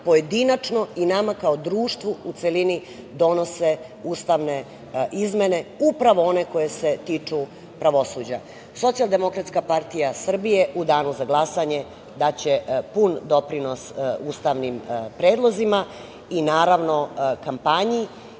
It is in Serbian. pojedinačno i nama kao društvu u celini donose ustavne izmene, upravo one koje se tiču pravosuđa. Socijaldemokratska partija Srbije u danu za glasanje daće pun doprinos ustavnim predlozima. Naravno, i kampanji